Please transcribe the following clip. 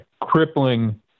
crippling